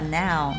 now